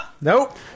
nope